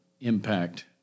impact